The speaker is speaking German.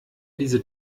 diese